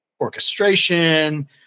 orchestration